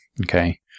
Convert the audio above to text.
Okay